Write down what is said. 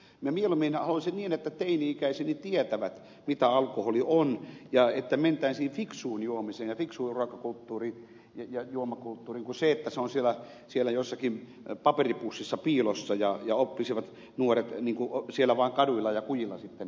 minä mieluummin haluaisin niin että teini ikäiseni tietävät mitä alkoholi on ja että mentäisiin fiksuun juomiseen ja fiksuun ruokakulttuuriin ja juomakulttuuriin eikä siihen että se pullo on siellä jossakin paperipussissa piilossa ja nuoret oppisivat vain siellä kaduilla ja kujilla sitten juomaan sitä alkoholia